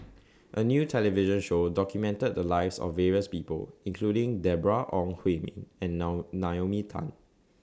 A New television Show documented The Lives of various People including Deborah Ong Hui Min and Naomi Tan